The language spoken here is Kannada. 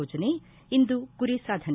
ಯೋಜನೆ ಇಂದು ಗುರಿ ಸಾಧನೆ